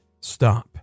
stop